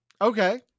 Okay